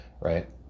right